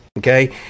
Okay